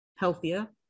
healthier